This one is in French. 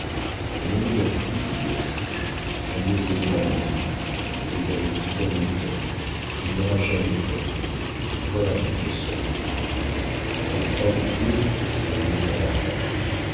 vous m'avez appris béatrix à mieux aimer ma mère elle est avec vous dans mon cœur il n'y aura jamais qu'elle voilà votre seule rivale n'est-ce pas vous dire que vous y régnez sans partage